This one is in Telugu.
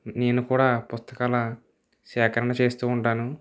నేను కూడా పుస్తకాల సేకరణ చేస్తు ఉంటాను